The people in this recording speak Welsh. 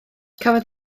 cafodd